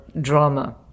drama